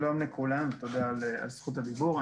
שלום לכולם, תודה על זכות הדיבור.